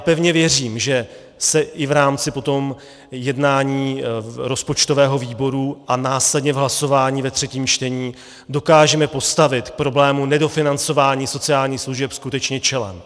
Pevně věřím, že se i v rámci potom jednání rozpočtového výboru a následně v hlasování ve třetím čtení dokážeme postavit problému nedofinancování sociálních služeb skutečně čelem.